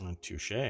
Touche